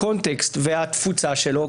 הקונטקסט והתפוצה שלו,